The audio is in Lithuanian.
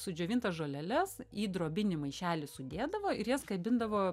sudžiovintas žoleles į drobinį maišelį sudėdavo ir jas kabindavo